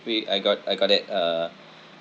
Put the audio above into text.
wait I got I got it uh